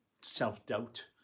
self-doubt